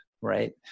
right